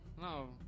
No